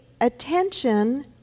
attention